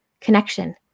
connection